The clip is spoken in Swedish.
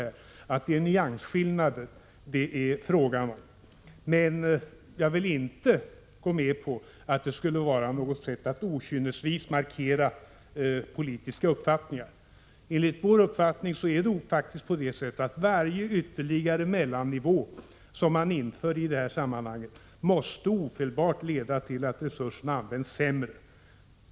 Det rör sig om nyansskillnader, men jag vill inte gå med på att det handlar om att med okynne markera politiska uppfattningar. Enligt vår åsikt är det faktiskt så, att varje ytterligare mellannivå som införs i detta sammanhang ofelbart måste leda till att resurserna används sämre.